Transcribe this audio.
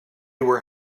were